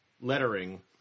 lettering